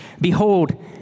Behold